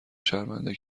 شرمنده